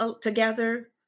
together